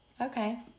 Okay